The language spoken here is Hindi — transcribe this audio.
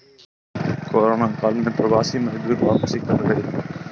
कोरोना काल में प्रवासी मजदूर वापसी कर गए